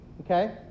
Okay